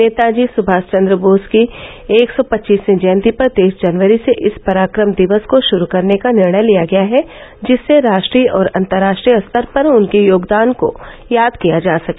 नेताजी सुभाष चंद्र बोस की एक सौ पच्चीसवीं जयंन्ती पर तेईस जनवरी से इस पराक्रम दिवस को शुरू करने का निर्णय लिया गया है जिससे राष्ट्रीय और अंतर्राष्ट्रीय स्तर पर उनके योगदान को याद किया जा सके